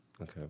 Okay